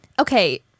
Okay